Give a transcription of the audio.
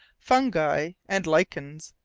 fungi, and lichens.